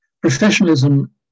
professionalism